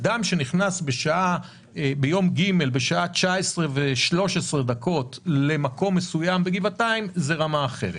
אדם שנכנס ביום ג' בשעה 19:13 למקום מסוים בגבעתיים זה רמה אחרת